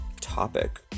topic